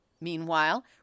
Meanwhile